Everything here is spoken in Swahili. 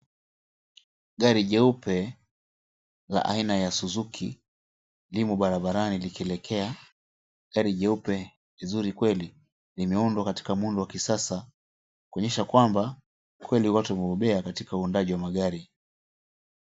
Gari jeupe la aina ya suzuki limo barabarani likielekea. Gari jeupe nzuri kweli, limeundwa katika muundo wa kisasa kuonyesha kwamba kweli watu wamebobea katika uundaji wa magari.